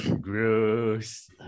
Gross